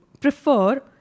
prefer